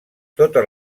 totes